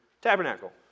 tabernacle